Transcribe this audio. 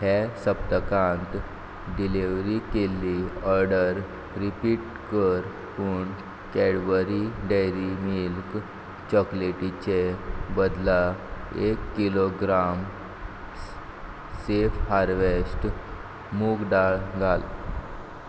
हे सप्तकांत डिलिव्हरी केल्ली ऑर्डर रिपीट कर पूण कॅडबरी डॅरी मिल्क चॉकलेटीचे बदला एक किलोग्राम सेफ हार्वस्ट मूंग दाळ घाल